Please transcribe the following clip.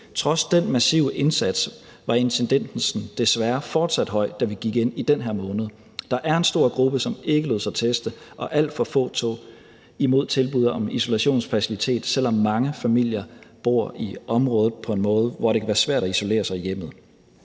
Trods den massive indsats var incidensen desværre fortsat høj, da vi gik ind i den her måned. Der var en stor gruppe, som ikke lod sig teste, og alt for få tog imod tilbud om isolationsfaciliteter, selv om mange familier bor i området på en måde, hvor det kan være svært at isolere sig i hjemmet.